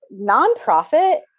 nonprofit